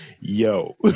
Yo